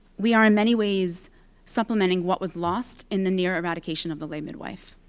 we are in many ways supplementing what was lost in the near-eradication of the lay midwife.